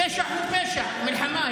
פשע הוא פשע, מלחמה.